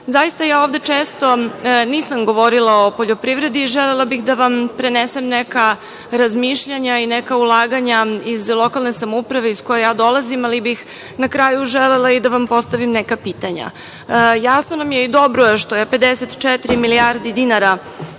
Zaista, ja ovde često nisam govorila o poljoprivredi. Želela bih da vam prenesem neka razmišljanja i neka ulaganja iz lokalne samouprave iz koje ja dolazim, ali bih na kraju želela i da vam postavim neka pitanja. Jasno nam je i dobro je što je 54 milijardi dinara